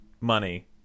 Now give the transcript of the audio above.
Money